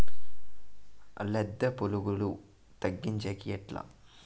లద్దె పులుగులు తగ్గించేకి ఎట్లా?